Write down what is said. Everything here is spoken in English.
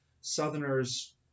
Southerners